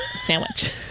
sandwich